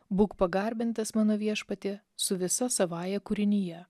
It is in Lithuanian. būk pagarbintas mano viešpatie su visa savąja kūrinija